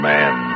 Man